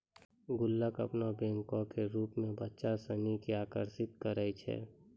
गुल्लक अपनो बैंको के रुपो मे बच्चा सिनी के आकर्षित करै छै